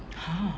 !huh!